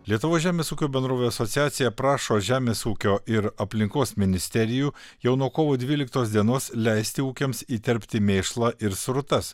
lietuvos žemės ūkio bendrovių asociacija prašo žemės ūkio ir aplinkos ministerijų jau nuo kovo dvyliktos dienos leisti ūkiams įterpti mėšlą ir srutas